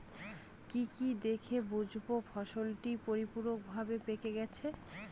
কি কি দেখে বুঝব ফসলটি পরিপূর্ণভাবে পেকে গেছে?